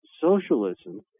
socialism